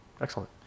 Excellent